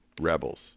rebels